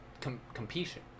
competition